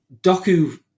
Doku